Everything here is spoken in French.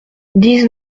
dix